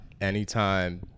anytime